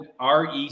REC